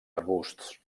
arbusts